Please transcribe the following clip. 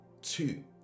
Two